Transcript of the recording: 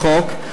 בחוק.